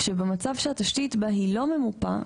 כשבמצב שהתשתית בה היא לא ממופה,